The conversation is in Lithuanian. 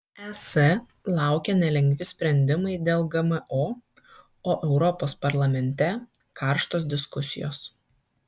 es laukia nelengvi sprendimai dėl gmo o europos parlamente karštos diskusijos